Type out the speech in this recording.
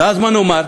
ואז מה נאמר?